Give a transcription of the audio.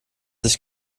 sich